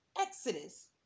Exodus